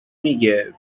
میگه